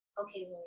okay